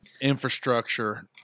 infrastructure